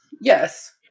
Yes